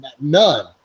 None